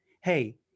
hey